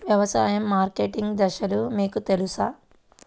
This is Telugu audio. వ్యవసాయ మార్కెటింగ్ దశలు మీకు తెలుసా?